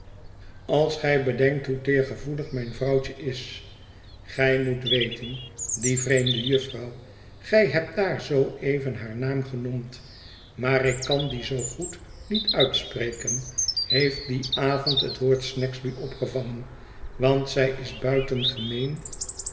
als gij bedenkt hoe teergevoelig mijn vrouwtje is gij moet weten die vreemde jufvrouw gij hebt daar zoo even haar naam genoemd maar ik kan dien zoo goed niet uitspreken heeft dien avond het woord snagsby opgevangen want zij is